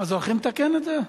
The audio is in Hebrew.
הולכים לתקן את זה?